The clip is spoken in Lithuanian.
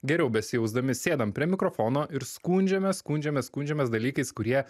geriau besijausdami sėdam prie mikrofono ir skundžiamės skundžiamės skundžiamės dalykais kurie